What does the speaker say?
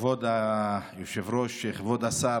כבוד היושב-ראש, כבוד השר,